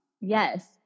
Yes